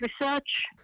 research